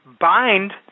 bind